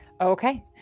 okay